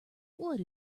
wood